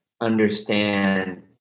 understand